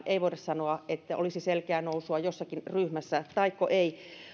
ei voida sanoa että ikäluokittain olisi selkeää nousua jossakin ryhmässä tai ei olisi